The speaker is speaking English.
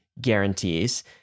guarantees